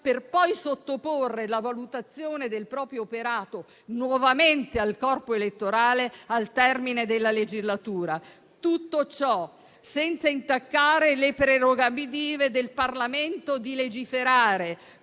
per poi sottoporre la valutazione del proprio operato nuovamente al corpo elettorale al termine della legislatura. Tutto ciò senza intaccare le prerogative del Parlamento di legiferare,